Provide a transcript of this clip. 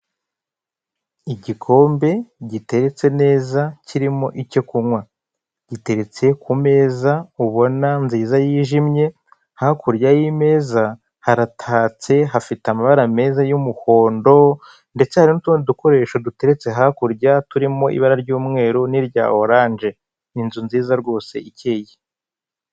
Igikombe giteretse neza, kirimo icyo kunywa. Giteretse ku meza ubona nziza yijimye, hakurya y'imeza haratatse, hafite amabara meza y'umuhondo, ndetse hari n'utundi dukoresho duteretse hakurya, turimo ibara ry'umweru, n'irya oranje. Inzu nziza rwose ikiye!